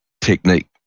technique